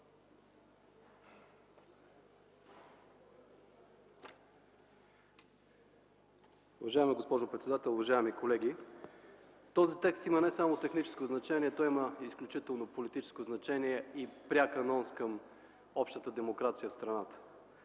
Уважаема госпожо председател, уважаеми колеги! Този текст има не само техническо значение, той има изключително политическо значение и пряк анонс към общата демокрация в страната.